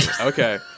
Okay